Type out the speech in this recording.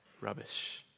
rubbish